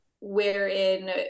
wherein